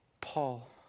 Paul